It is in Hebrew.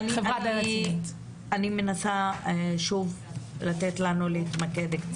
אני מנסה להתמקד.